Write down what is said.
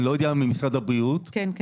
אני לא יודע, ממשרד הבריאות, -- כן, כן.